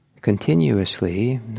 continuously